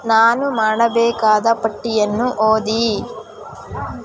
ನಾನು ಮಾಡಬೇಕಾದ ಪಟ್ಟಿಯನ್ನು ಓದಿ